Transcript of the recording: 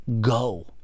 go